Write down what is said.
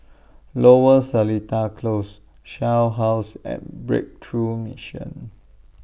Lower Seletar Close Shell House and Breakthrough Mission